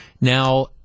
Now